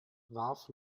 warf